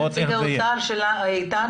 האוצר נמצא כאן,